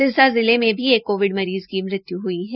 सिरसा जिले में भी एक कोविड मरीज़ की मृत्यु ह्ई है